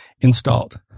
installed